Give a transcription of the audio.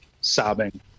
sobbing